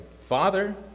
Father